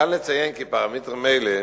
ניתן לציין כי פרמטרים אלה